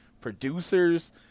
producers